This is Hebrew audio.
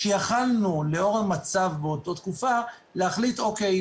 כך שיכלנו לאור המצב באותה תקופה להחליט: אוקיי,